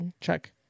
check